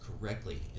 correctly